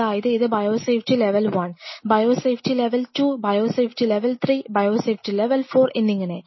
അതായത് ഇത് biosafety level 1 biosafety level 2 biosafety level 3 biosafety level 4 എന്നിങ്ങനെ